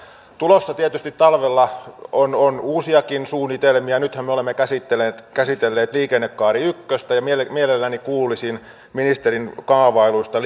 tulossa tietysti talvella on on uusiakin suunnitelmia nythän me olemme käsitelleet käsitelleet liikennekaari ykköstä ja mielelläni mielelläni kuulisin ministerin kaavailuista